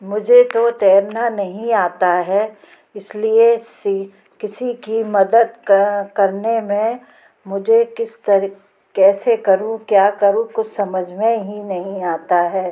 मुझे तो तैरना नहीं आता है इस लिए सी किसी की मदद करने में मुझे किस तर कैसे से करूँ क्या करूँ कुस समझ में ही नहीं आता है